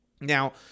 now